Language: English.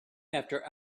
after